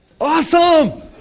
Awesome